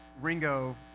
Ringo